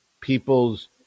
people's